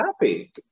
happy